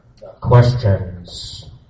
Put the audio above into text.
Questions